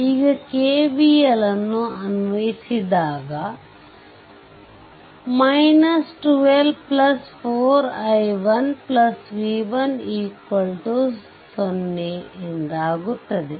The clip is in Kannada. ಈಗ KVL ಅನ್ವಯಿಸಿದಾಗ 12 4 i1 v1 0 ಎಂದಾಗುತ್ತದೆ